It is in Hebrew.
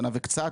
שנה וקצת,